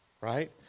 right